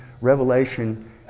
revelation